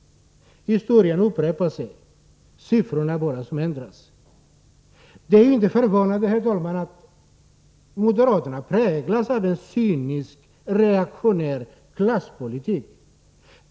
Det är bara siffrorna som ändras. Det är inte förvånande, herr talman, att moderaterna präglas av en cynisk och reaktionär klasspolitik.